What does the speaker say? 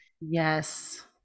Yes